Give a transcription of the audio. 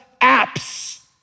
apps